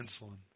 insulin